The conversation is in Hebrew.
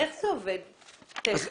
איך זה עובד טכנית?